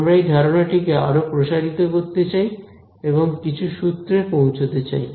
আমরা এই ধারণাটি কে আরো প্রসারিত করতে চাই এবং কিছু সূত্রে পৌঁছতে চাই